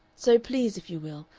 so please if you will,